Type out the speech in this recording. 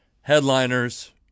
headliners